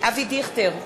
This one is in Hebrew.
אבי דיכטר,